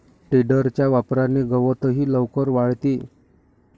टेडरच्या वापराने गवतही लवकर वाळते